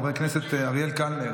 חבר הכנסת אריאל קלנר,